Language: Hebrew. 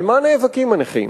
על מה נאבקים הנכים?